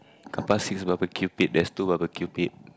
carpark C's barbecue pit there's two barbecue pit